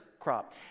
crop